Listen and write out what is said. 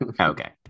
Okay